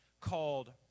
called